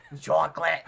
Chocolate